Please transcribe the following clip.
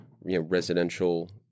residential